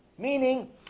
Meaning